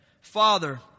Father